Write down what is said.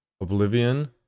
Oblivion